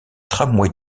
tramways